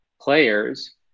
players